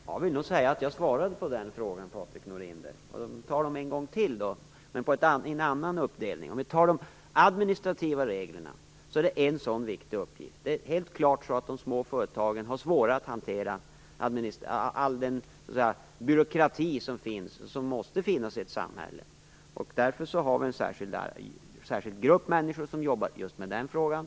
Fru talman! Jag vill nog påstå att jag svarade på Patrik Norinders fråga. Men vi kan ta det en gång till med en annan uppdelning. De administrativa reglerna är en viktig uppgift. Helt klart har de små företagen svårare att hantera all den byråkrati som finns, och som måste finnas i ett samhälle. Därför har vi en särskild grupp som jobbar just med den frågan.